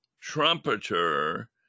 trumpeter